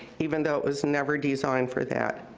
even though it was never designed for that.